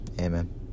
amen